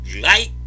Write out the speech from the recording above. light